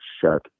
shut